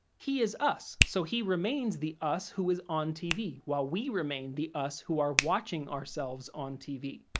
he is us, so he remains the us who is on tv while we remain the us who are watching ourselves on tv.